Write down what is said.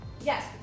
Yes